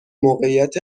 موقعیت